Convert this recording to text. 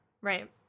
Right